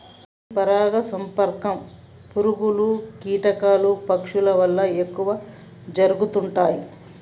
ఈ పరాగ సంపర్కం పురుగులు, కీటకాలు, పక్షుల వల్ల ఎక్కువ జరుగుతుంటాయి